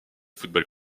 football